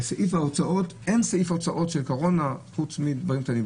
בסעיף ההוצאות אין סעיף הוצאות של קורונה חוץ מדברים קטנים.